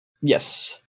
Yes